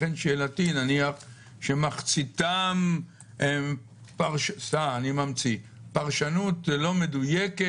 לכן השאלה שלי: נניח שמחציתם הם פרשנות לא מדויקת